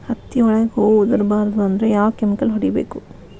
ಹತ್ತಿ ಒಳಗ ಹೂವು ಉದುರ್ ಬಾರದು ಅಂದ್ರ ಯಾವ ಕೆಮಿಕಲ್ ಹೊಡಿಬೇಕು?